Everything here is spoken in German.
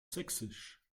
sächsisch